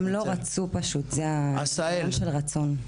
הם לא רצו פשוט, זה עניין של רצון.